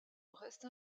reste